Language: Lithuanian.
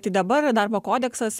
tai dabar darbo kodeksas